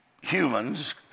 Humans